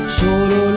solo